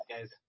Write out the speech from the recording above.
guys